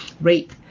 rape